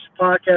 podcast